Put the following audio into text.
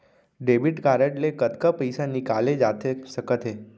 Debit card ले कतका पइसा निकाले जाथे सकत हे?